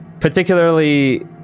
particularly